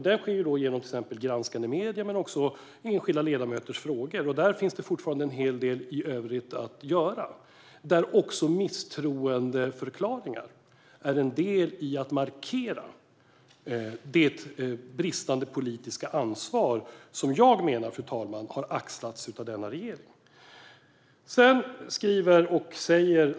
Den sker genom till exempel granskande medier och genom enskilda ledamöters frågor. Där finns det fortfarande en hel del övrigt att göra. Misstroendeförklaringar är en del i att markera det bristande politiska ansvar jag menar har uppvisats av denna regering, fru talman.